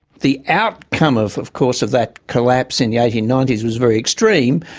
the outcome of of course of that collapse in the eighteen ninety s was very extreme.